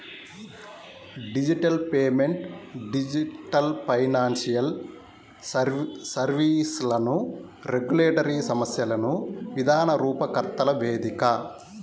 digital payment digital financial సర్వీస్లకు regulatory సమస్యలను విధాన రూపకర్తల వేదిక